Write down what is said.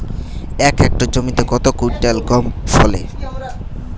এক হেক্টর জমিতে কত কুইন্টাল গম ফলে?